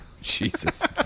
Jesus